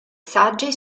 saggi